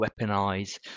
weaponize